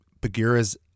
Bagheera's